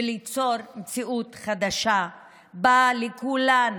וליצור מציאות חדשה שבה לכולנו,